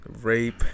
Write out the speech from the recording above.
rape